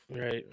Right